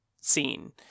scene